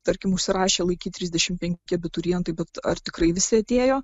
tarkim užsirašė laikyti trisdešimt penki abiturientai bet ar tikrai visi atėjo